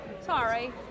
Sorry